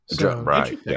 Right